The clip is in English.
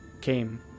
came